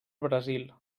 brasil